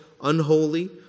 unholy